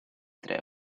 tre